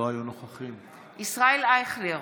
ישראל אייכלר,